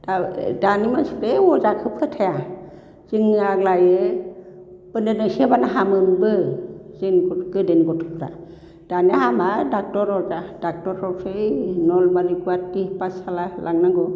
दानि मानसिफ्रा ओइ अजाखो फोथाया जोंनि आग्लाहै बोन्दों दोंसे होब्लानो हामोमोनबो जोंनि गोदोनि गथ'फ्रा दानिया हामा ड'क्टर अजा ड'क्टर होसोयो नलबारि गुवाहाटि पाठसाला लांनांगौ